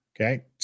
Okay